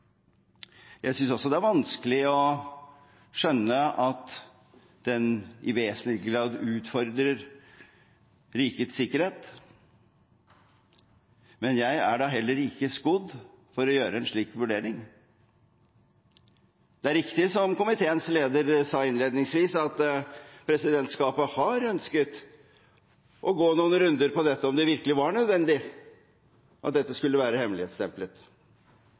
jeg synes også det er vanskelig å skjønne at den i vesentlig grad utfordrer rikets sikkerhet. Men jeg er da heller ikke skodd for å gjøre en slik vurdering. Det er riktig som komiteens leder sa innledningsvis, at presidentskapet har ønsket å gå noen runder på om det virkelig var nødvendig at dette skulle være